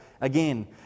again